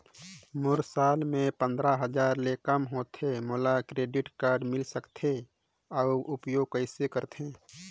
मोर साल मे पंद्रह हजार ले काम होथे मोला क्रेडिट कारड मिल सकथे? अउ उपयोग कइसे करथे?